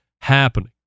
happening